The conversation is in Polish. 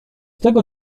tego